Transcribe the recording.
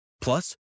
Plus